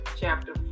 chapter